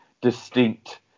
distinct